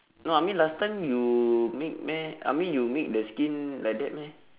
no I mean last time you make meh I mean you make the skin like that meh